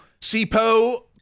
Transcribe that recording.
Sipo